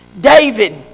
David